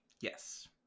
yes